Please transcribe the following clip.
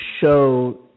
show